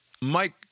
Mike